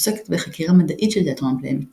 עוסקת בחקירה מדעית של תיאטרון פלייבק